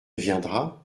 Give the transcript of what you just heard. viendra